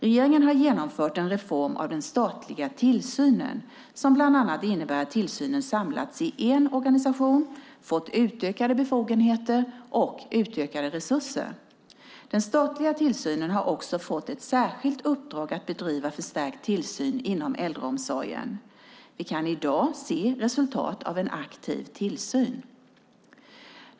Regeringen har genomfört en reform av den statliga tillsynen som bland annat innebär att tillsynens samlats i en organisation, fått utökade befogenheter och utökade resurser. Den statliga tillsynen har också fått ett särskilt uppdrag att bedriva förstärkt tillsyn inom äldreomsorgen. Vi kan i dag se resultat av en aktiv tillsyn.